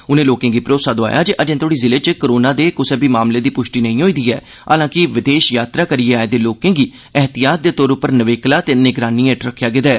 उनें लोकें गी भरोसा दोआया जे अर्जे तोड़ी जिले च कोरोना दे कुसै बी मामले दी पुष्टि नेई होई दी ऐ हालांकि विदेश यात्रा करियै आए दे लोकें गी ऐहतियात दे तौर उप्पर नक्केबला ते निगरानी हेठ रक्खेआ गेदा ऐ